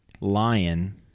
Lion